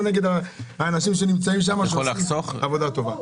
נגד האנשים שנמצאים שם שעושים עבודה טובה.